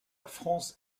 france